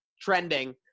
trending